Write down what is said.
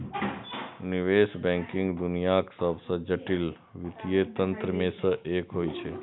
निवेश बैंकिंग दुनियाक सबसं जटिल वित्तीय तंत्र मे सं एक होइ छै